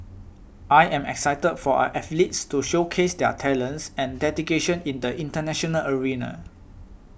I am excited for our athletes to showcase their talents and dedication in the international arena